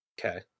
Okay